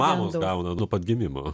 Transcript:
mamos gauna nuo pat gimimo